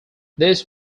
this